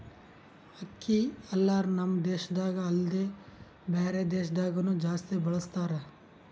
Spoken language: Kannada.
ಅಕ್ಕಿ ಹಲ್ಲರ್ ನಮ್ ದೇಶದಾಗ ಅಲ್ದೆ ಬ್ಯಾರೆ ದೇಶದಾಗನು ಜಾಸ್ತಿ ಬಳಸತಾರ್